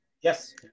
Yes